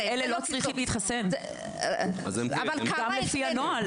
אז הם לא צריכים להתחסן, זה לא לפי הנוהל.